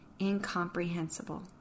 incomprehensible